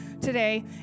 today